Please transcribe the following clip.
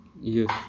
Yes